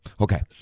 Okay